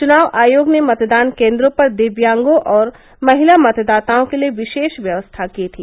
चुनाव आयोग ने मतदान केन्द्रों पर दिव्यांगों और महिला मतदाताओं के लिये विशेष व्यवस्था की थी